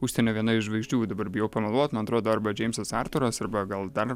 užsienio viena iš žvaigždžių dabar bijau pameluoti man atrodo arba džeimsas artūras arba gal dar